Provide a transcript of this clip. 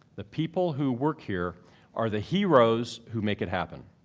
the people who work here are the heroes who make it happen.